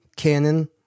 canon